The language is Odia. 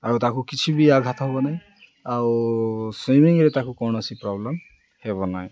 ଆଉ ତାକୁ କିଛି ବି ଆଘାତ ହବ ନାହିଁ ଆଉ ସୁଇମିଂରେ ତାକୁ କୌଣସି ପ୍ରୋବ୍ଲେମ୍ ହେବ ନାହିଁ